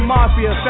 Mafia